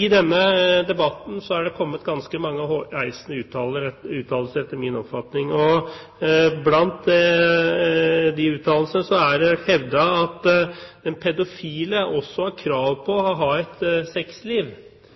i denne debatten er det kommet ganske mange hårreisende uttalelser, etter min oppfatning. Blant uttalelsene er at det er hevdet at den pedofile – altså en person som har misbrukt tilliten så mye – også har krav på å ha et